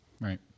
Right